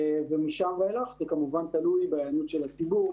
ומשם ואילך זה כמובן תלוי בהיענות של הציבור,